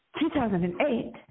2008